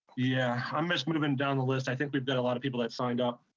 yeah, i'm just movin' down the list. i think we've got a lot of people that signed up